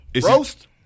Roast